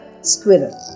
Squirrel